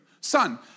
son